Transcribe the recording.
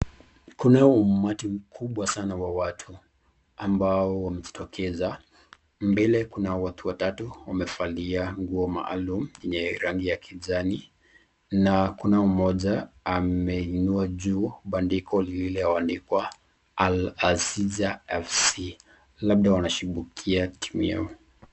Kuna umati mkubwa sana wa watu ambao wamejitokeza. Mbele kuna watu watatu wamevalia nguo maalum yenye rangi ya kijani na kuna mmoja ameinua juu bandiko lililoandikwa Al-Aziza FC, labda wanashabikia timu yao.